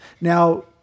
Now